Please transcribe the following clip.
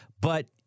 But-